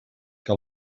que